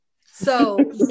So-